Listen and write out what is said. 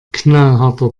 knallharter